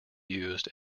used